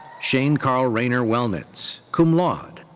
shane carl rayner wellnitz, cum laude.